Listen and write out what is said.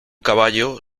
caballo